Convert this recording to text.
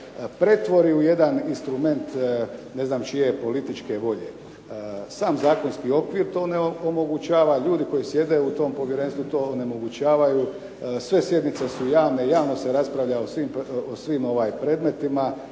pretvori u jedan instrument ne znam čije političke volje. Sam zakonski okvir to ne omogućava. Ljudi koji sjede u tom povjerenstvu to onemogućavaju. Sve sjednice su javne. Javno se raspravlja o svim predmetima